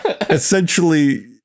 essentially